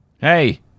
Hey